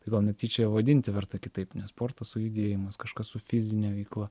tai gal net tyčia vadinti verta kitaip ne sportas o judėjimas kažkas su fizine veikla